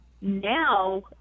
now